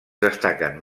destaquen